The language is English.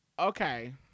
Okay